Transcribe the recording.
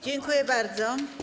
Dziękuję bardzo.